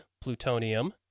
Plutonium